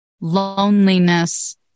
loneliness